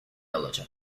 alacak